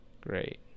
Great